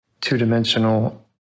two-dimensional